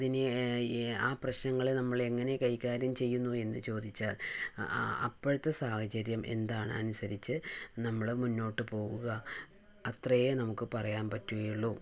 അതിന് ആ പ്രശ്നങ്ങളെ നമ്മള് എങ്ങനെ കൈകാര്യം ചെയ്യുന്നു എന്ന് ചോദിച്ചാൽ അപ്പോഴത്തെ സാഹചര്യം എന്താണ് അനുസരിച്ച് നമ്മൾ മുന്നോട്ട് പോവുക അത്രയേ നമുക്ക് പറയാൻ പറ്റുകയുള്ളൂ